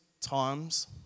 times